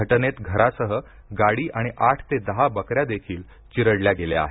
घटनेत घरासह गाडी आणि आठ ते दहा बकऱया देखील चिरडल्या गेल्या आहेत